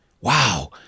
Wow